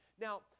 Now